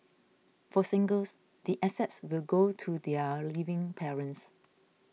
for singles the assets will go to their living parents